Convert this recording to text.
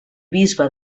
bisbe